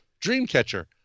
Dreamcatcher